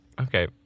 Okay